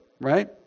right